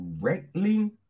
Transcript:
correctly